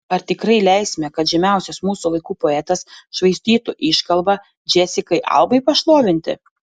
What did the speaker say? ar tikrai leisime kad žymiausias mūsų laikų poetas švaistytų iškalbą džesikai albai pašlovinti